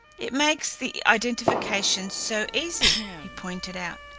it makes the identification so easy, he pointed out,